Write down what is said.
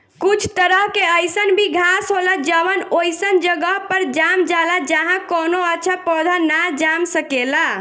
कुछ तरह के अईसन भी घास होला जवन ओइसन जगह पर जाम जाला जाहा कवनो अच्छा पौधा ना जाम सकेला